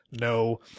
no